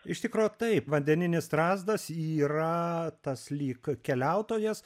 iš tikro taip vandeninis strazdas yra tas lyg keliautojas